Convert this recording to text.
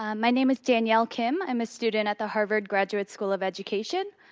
ah my name is danielle kim. i'm a student at the harvard graduate school of education.